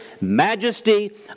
majesty